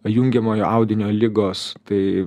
jungiamojo audinio ligos tai